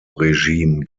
regime